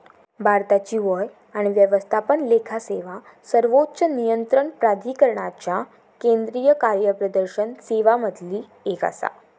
भारताची व्यय आणि व्यवस्थापन लेखा सेवा सर्वोच्च नियंत्रण प्राधिकरणाच्या केंद्रीय कार्यप्रदर्शन सेवांमधली एक आसा